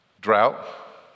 Drought